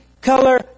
color